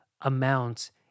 amounts